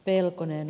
pelkonen